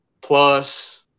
plus